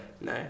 No